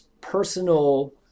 personal